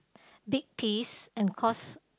big piece and cost